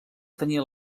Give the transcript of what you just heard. tenia